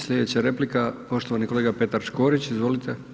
Slijedeća replika poštovani kolega Petar Škorić, izvolite.